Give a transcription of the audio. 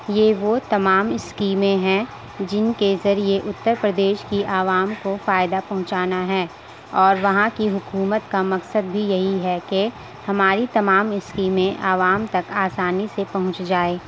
یہ وہ تمام اسکیمیں ہیں جن کے ذریعے اترپردیش کی عوام کو فائدہ پہنچانا ہے اور وہاں کی حکومت کا مقصد بھی یہی ہے کہ ہماری تمام اسکیمیں عوام تک آسانی سے پہنچ جائیں